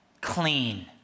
clean